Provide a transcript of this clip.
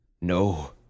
No